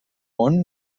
món